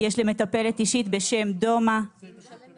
יש לה מטפלת אישית בשם דומא --- את משלמת לה.